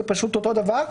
זה פשוט אותו דבר.